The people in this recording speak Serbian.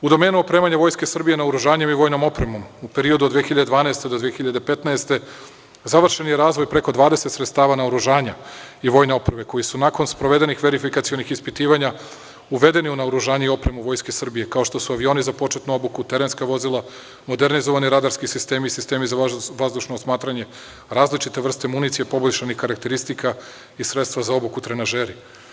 U domenu opremanja Vojske Srbije naoružanjem i vojnom opremom u periodu od 2012. do 2015. godine, završen je razvoj preko 20 sredstava naoružanja i vojne opreme, koji su nakon sprovedenih verifikacionih ispitivanja uvedeni u naoružani i opremu Vojske Srbije, kao što su avioni za početnu obuku, terenska vozila, modernizovani radarski sistemi i sistemi za vazdušno osmatranje, različite vrste municije poboljšanih karakteristika i sredstva za obuku, trenažeri.